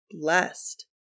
blessed